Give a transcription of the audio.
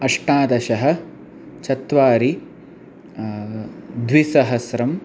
अष्टादश चत्वारि द्विसहस्रम्